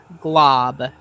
glob